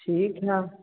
ठीक है